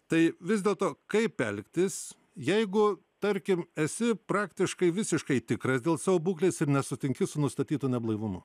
tai vis dėlto kaip elgtis jeigu tarkim esi praktiškai visiškai tikras dėl savo būklės ir nesutinki su nustatytu neblaivumu